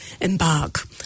embark